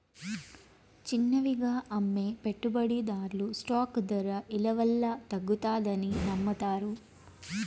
చిన్నవిగా అమ్మే పెట్టుబడిదార్లు స్టాక్ దర ఇలవల్ల తగ్గతాదని నమ్మతారు